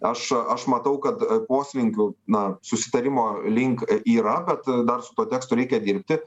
aš aš matau kad poslinkių na susitarimo link yra bet dar su tuo tekstu reikia dirbti